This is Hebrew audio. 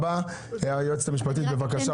היועצת המשפטית, בבקשה.